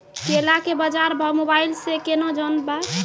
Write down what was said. केला के बाजार भाव मोबाइल से के ना जान ब?